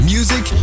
Music